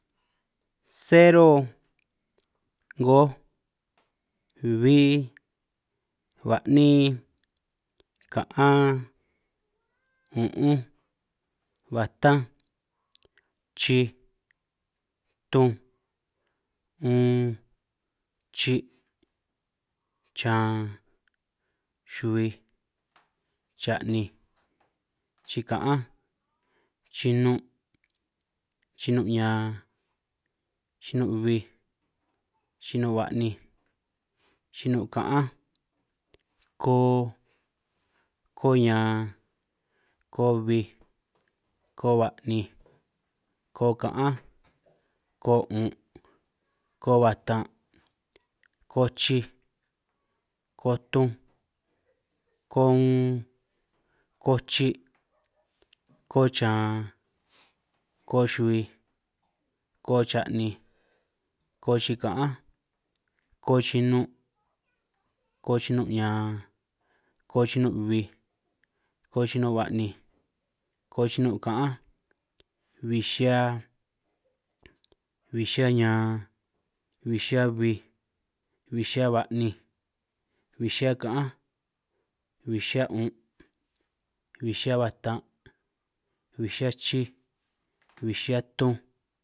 Sero,'ngoj, bbi, ba'nin, kaan, un'unj, huatanj, chij tunj, uun, chi' xan, xubbij, cha'ninj, chika'anj, chinun' chinun ñan, chinun' bbij, chinun' ba'ninj, chinun' kaanj, ko, ko ñan, ko bbij, ko ba'ninj, ko kaanj, ko un', ko batan', ko chij, ko tunj, ko uun, ko chi, ko chan, ko xubbij, ko cha'ninj, ko chikan'ánj, ko chinun', ko chinun' ñan, ko chinun' bbij, ko chinun' ba'ninj, ko chinun' kaanj, bbij xihia, bbij xihia ñan, bbij xihia bij, bij xihia ba'ninj, bij xihia kaanj, bij xihia 'un', bij xihia batan', bij xihia chij, bij xihia tunj,